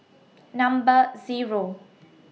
Number Zero